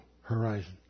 horizon